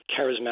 charismatic